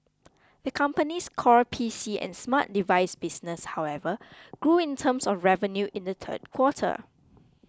the company's core P C and smart device business however grew in terms of revenue in the third quarter